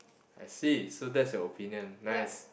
I see so that's your opinion nice